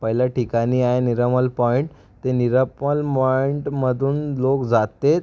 पहिल्या ठिकाणी आहे निरामल पॉइंट ते नीरा फॉल मॉइंटमधून लोक जातेत